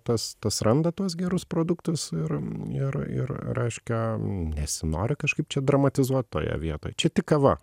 tas tas randa tuos gerus produktus ir ir ir reiškia nesinori kažkaip čia dramatizuot toje vietoj čia tik kava